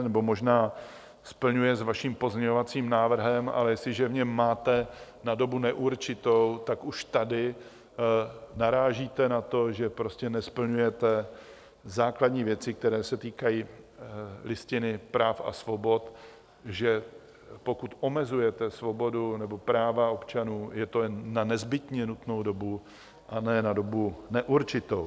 Nebo možná splňuje s vaším pozměňovacím návrhem, ale jestliže v něm máte na dobu neurčitou, tak už tady narážíte na to, že prostě nesplňujete základní věci, které se týkají Listiny práv a svobod, že pokud omezujete svobodu nebo práva občanů, je to jen na nezbytně nutnou dobu a ne na dobu neurčitou.